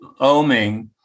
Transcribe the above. Oming